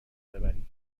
ببری